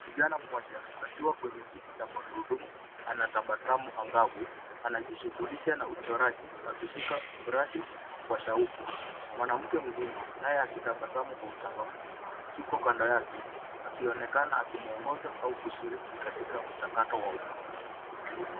Kijana moja akiwa kwenye kiti cha magurudumu anatabasamu angavu anajishughulisha na uchoraji akishika brashia kwa shauku. Mwanamke mzima naye akitabasamu kwa uchangamfu yuko kando yake akionekana akimwongoza au kushiriki katika mchakato wa ubunifu.